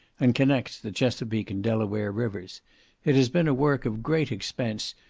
and connects the chesapeak and delaware rivers it has been a work of great expense,